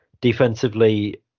Defensively